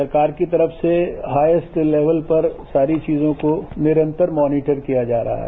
सरकार की तरफ से हाईएस्ट लेवल पर सारी चीजों को निरंतर मॉनीटर किया जा रहा है